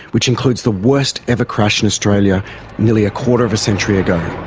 which includes the worst ever crash in australia nearly a quarter of a century ago.